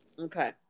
Okay